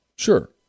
Sure